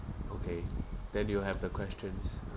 okay then you have the questions